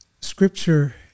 Scripture